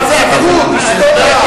היסטוריה,